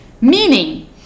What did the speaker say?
meaning